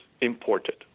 imported